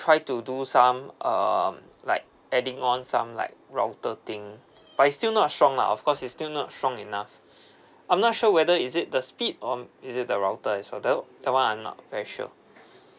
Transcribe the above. try to do some um like adding on some like router thing but is still not strong lah of course is still not strong enough I'm not sure whether is it the speed um is it the router as well that o~ that one I'm not very sure